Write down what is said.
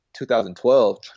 2012